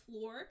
floor